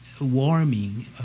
warming